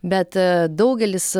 bet daugelis